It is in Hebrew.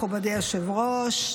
מכובדי היושב-ראש.